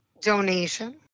donation